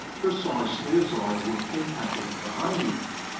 precisely as i would have had him behave.